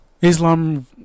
Islam